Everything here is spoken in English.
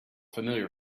familiar